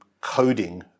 coding